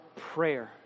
prayer